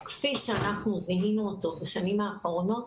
כפי שאנחנו זיהינו אותו בשנים האחרונות,